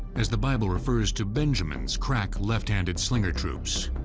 as the bible refers to benjamin's crack, left-handed slinger troops.